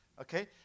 Okay